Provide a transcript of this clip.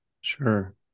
Sure